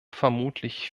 vermutlich